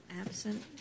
absent